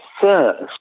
first